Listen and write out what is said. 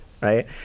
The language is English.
right